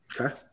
Okay